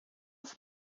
have